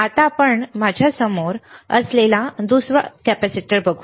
आता आपण माझ्या समोर उजवीकडे असलेला दुसरा पाहू